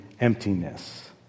emptiness